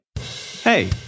Hey